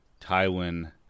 Tywin